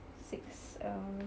six err